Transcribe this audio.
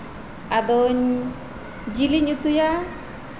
ᱟᱫᱚᱧ ᱡᱤᱞ ᱤᱧ ᱩᱛᱩᱭᱟ